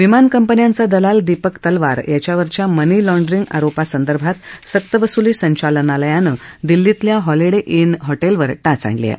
विमान कंपन्यांचा दलाल दीपक तलवार याच्यावरच्या मनीलँड्रिंग आरोपासंदर्भात सक्तवसुली संचालनालयानं दिल्लीतल्या हॉलिडे इन हॉटेलवर टाच आणली आहे